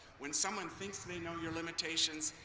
when someone thinks they know your limitations,